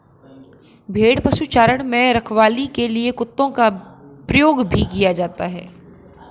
भेड़ पशुचारण में रखवाली के लिए कुत्तों का प्रयोग भी किया जाता है